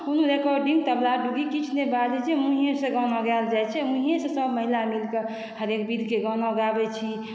कोनो रेकॉर्डिंग तबला डुगी किछु नहि बाजै छै मुँहे सँ गाना गायल जाइ छै मुँहेसँ सभ महिला मिलकऽ हरेक विधके गाना गाबै छी